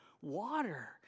water